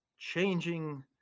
changing